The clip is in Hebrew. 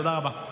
תודה רבה.